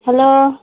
hello